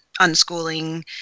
unschooling